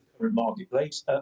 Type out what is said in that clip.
marketplace